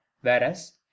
whereas